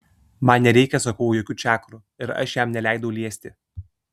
man nereikia sakau jokių čakrų ir aš jam neleidau liesti